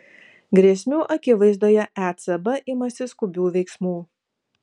grėsmių akivaizdoje ecb imasi skubių veiksmų